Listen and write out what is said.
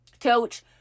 coach